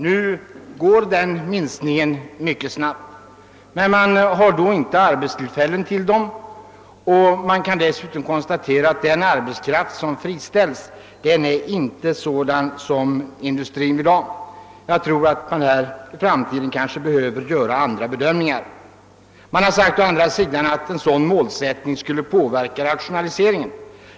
Nu går denna minskning mycket snabbt, men det finns inte arbetstillfällen för dem som friställs. Vi kan dessutom konstatera att den arbetskraft det här gäller inte är sådan som industrin vill ha. Jag tror att man härvidlag i framtiden kommer att behöva ändra sina bedömningar. Det har å andra sidan sagts att den antagna målsättningen skulle påverka rationaliseringen.